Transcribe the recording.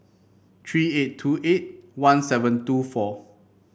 three eight two eight one seven two four